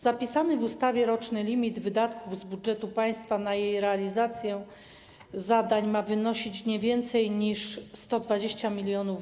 Zapisany w ustawie roczny limit wydatków z budżetu państwa na realizację jej zadań ma wynosić nie więcej niż 120 mln.